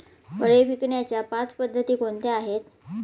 फळे विकण्याच्या पाच पद्धती कोणत्या आहेत?